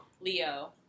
Leo